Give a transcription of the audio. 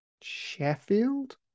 Sheffield